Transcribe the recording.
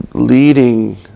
Leading